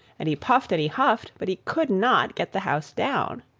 and he puffed and he huffed but he could not get the house down.